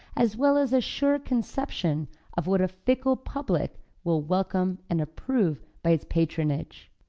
as well as a sure conception of what a fickle public will welcome and approve by its patronage.